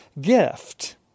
gift